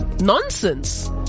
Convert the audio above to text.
nonsense